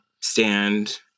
stand